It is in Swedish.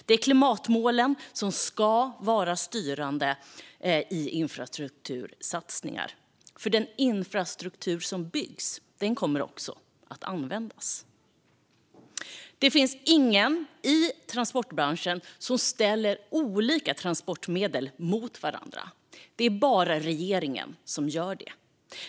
Det är klimatmålen som ska vara styrande i infrastruktursatsningar, för den infrastruktur som byggs kommer också att användas. Det finns ingen i transportbranschen som ställer olika transportmedel mot varandra. Det är bara regeringen som gör det.